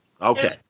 okay